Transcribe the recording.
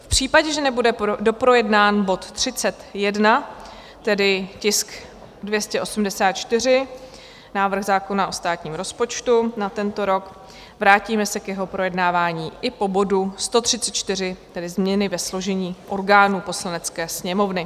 V případě, že nebude doprojednán bod 31, tedy tisk 284, návrh zákona o státním rozpočtu na tento rok, vrátíme se k jeho projednávání i po bodu 134, tedy Změny ve složení orgánů Poslanecké sněmovny.